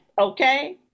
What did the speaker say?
Okay